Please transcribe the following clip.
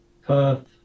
Perth